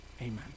Amen